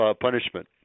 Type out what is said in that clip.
punishment